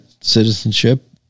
citizenship